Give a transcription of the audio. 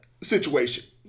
situation